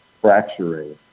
fracturing